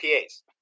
PAs